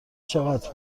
چقدر